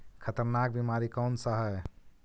खतरनाक बीमारी कौन सा है?